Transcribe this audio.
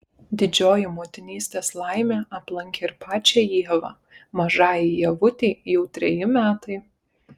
didžioji motinystės laimė aplankė ir pačią ievą mažajai ievutei jau treji metai